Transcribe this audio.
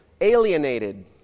alienated